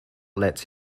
lets